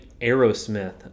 Aerosmith